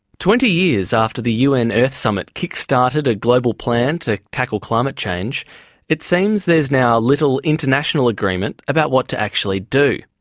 twenty years after the un earth summit kick-started a global plan to tackle climate change it seems there's now little international agreement about what to actually do.